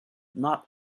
not